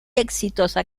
exitosa